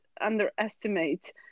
underestimate